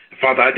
Father